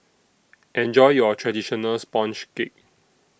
Enjoy your Traditional Sponge Cake